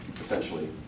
essentially